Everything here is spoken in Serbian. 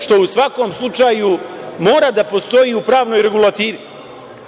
što u svakom slučaju mora da postoji i u pravnoj regulativi,